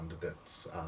candidates